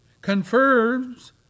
confirms